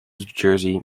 jersey